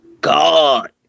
God